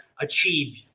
achieve